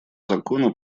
закона